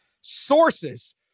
Sources